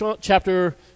chapter